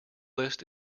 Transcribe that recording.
list